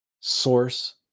source